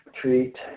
treat